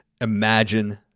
imagine